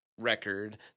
record